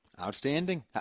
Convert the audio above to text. Outstanding